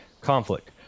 conflict